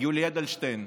יולי אדלשטיין,